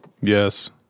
Yes